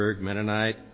Mennonite